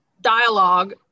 dialogue